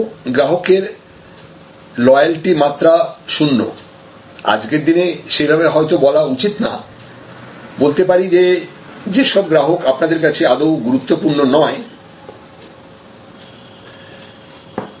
কিছু গ্রাহকের লয়ালটি মাত্রা শূন্য আজকের দিনে সেইভাবে হয়তো বলা উচিত না বলতে পারি যে যেসব গ্রাহক আপনাদের কাছে আদৌ গুরুত্বপূর্ণ নয়